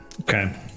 Okay